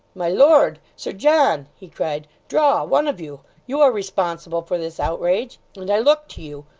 my lord sir john he cried, draw, one of you you are responsible for this outrage, and i look to you.